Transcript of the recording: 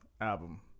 album